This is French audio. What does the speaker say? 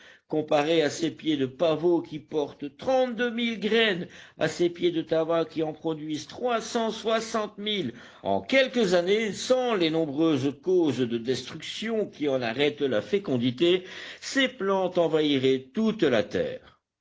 comparée à ces pieds de pavots qui portent trente-deux mille graines à ces pieds de tabac qui en produisent trois cent soixante mille en quelques années sans les nombreuses causes de destruction qui en arrêtent la fécondité ces plantes envahiraient toute la terre